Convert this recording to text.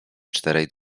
czterej